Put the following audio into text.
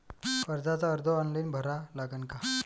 कर्जाचा अर्ज ऑनलाईन भरा लागन का?